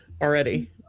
already